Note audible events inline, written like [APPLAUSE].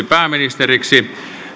[UNINTELLIGIBLE] pääministeriksi